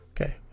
Okay